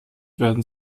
werden